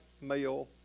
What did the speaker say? male